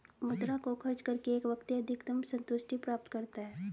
मुद्रा को खर्च करके एक व्यक्ति अधिकतम सन्तुष्टि प्राप्त करता है